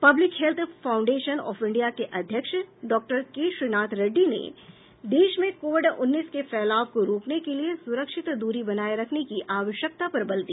public Health Foundation of India के अध्यक्ष doctor K Srinath Reddy ने देश में कोविड उन्नीस के फैलाव को रोकने के लिए सुरक्षित दूरी बनाए रखने की आवश्यकता पर बल दिया